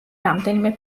რამდენიმე